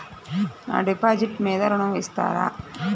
నా డిపాజిట్ మీద ఋణం ఇస్తారా?